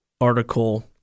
article